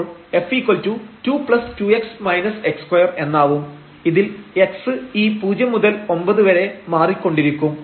അപ്പോൾ f22x x2 എന്നാവും ഇതിൽ x ഈ 0 മുതൽ 9 വരെ മാറിക്കൊണ്ടിരിക്കും